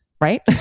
right